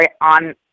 on